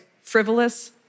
frivolous